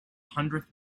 hundredth